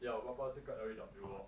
your 我爸爸是个 L_E_W lor